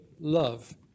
love